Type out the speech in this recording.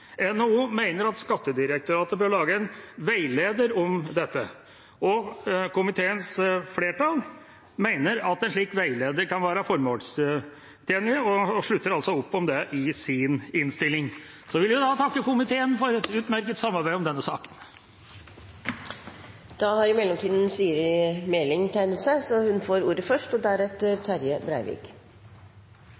Skattedirektoratet bør lage en veileder om dette.» Komiteens flertall mener at en slik veileder kan være formålstjenlig, og slutter opp om det i sin innstilling. Jeg vil til slutt takke komiteen for et utmerket samarbeid om denne saken. Takk til saksordfører Hagebakken for godt utført arbeid. Denne proposisjonen har